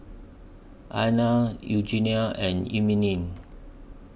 Alayna Eugenia and Emeline